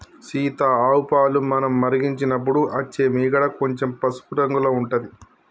సీత ఆవు పాలు మనం మరిగించినపుడు అచ్చే మీగడ కొంచెం పసుపు రంగుల ఉంటది